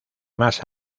más